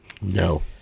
No